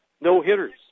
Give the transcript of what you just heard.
no-hitters